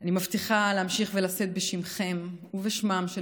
אני מבטיחה להמשיך לשאת בשמכן ובשמם של